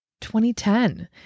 2010